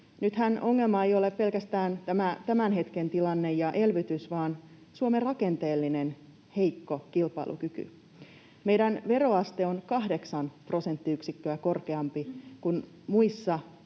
Nythän ongelma ei ole pelkästään tämä tämän hetken tilanne ja elvytys vaan Suomen rakenteellinen heikko kilpailukyky. Meidän veroasteemme on 8 prosenttiyksikköä korkeampi kuin muissa